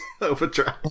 Overdrive